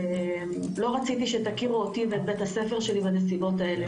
לא רציתי שתכירו אותי ואת בית הספר שלי בנסיבות האלה.